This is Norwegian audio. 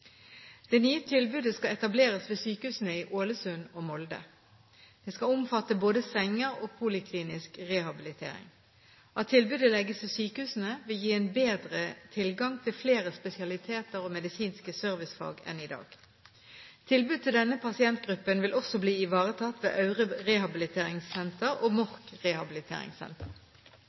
Det nye tilbudet skal etableres ved sykehusene i Ålesund og Molde. Det skal omfatte både senger og poliklinisk rehabilitering. At tilbudet legges til sykehusene, vil gi en bedre tilgang til flere spesialiteter og medisinske servicefag enn i dag. Tilbud til denne pasientgruppen vil også bli ivaretatt ved Aure Rehabiliteringssenter og Mork Rehabiliteringssenter.